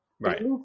Right